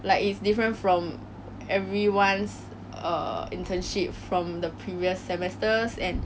这个 work from home 让我们的 timing 很 flexible I would say